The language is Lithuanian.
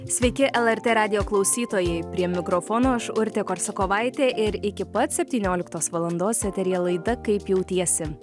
sveiki lrt radijo klausytojai prie mikrofono aš urtė korsakovaitė ir iki pat septynioliktos valandos eteryje laida kaip jautiesi